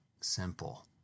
simple